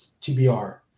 TBR